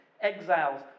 exiles